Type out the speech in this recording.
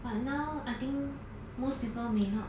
but now I think most people may not